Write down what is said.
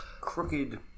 crooked